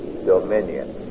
Dominion